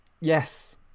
Yes